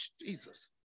Jesus